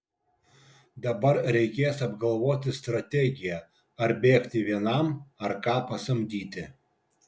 dabar reikės apgalvoti strategiją ar bėgti vienam ar ką pasamdyti